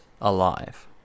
alive